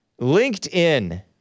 LinkedIn